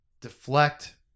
deflect